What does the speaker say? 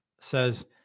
says